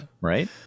Right